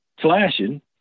flashing